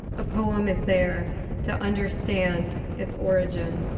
a poem is there to understand its origin.